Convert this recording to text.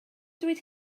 dweud